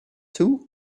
two